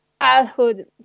childhood